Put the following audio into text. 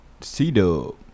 C-Dub